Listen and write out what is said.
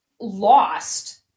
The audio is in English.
lost